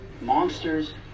monsters